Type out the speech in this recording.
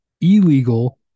illegal